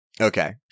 Okay